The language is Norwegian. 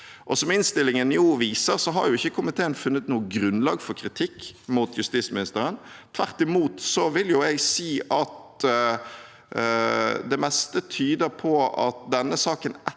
som innstillingen viser, har ikke komiteen funnet noe grunnlag for kritikk mot justisministeren. Tvert imot vil jeg si at det meste tyder på at denne saken,